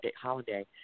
holiday